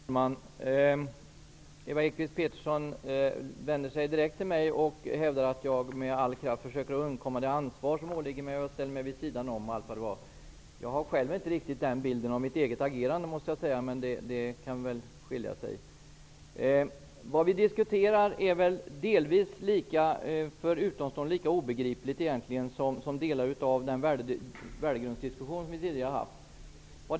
Herr talman! Ewa Hedkvist Petersen vände sig direkt till mig och hävdade att jag med all kraft försöker undkomma det ansvar som åligger mig och ställer mig vid sidan om. Jag har själv inte riktigt den bilden av mitt eget agerande, måste jag säga. Det vi diskuterar är för den utomstående egentligen lika obegripligt som delar av den värdegrundsdiskussion som vi hade tidigare.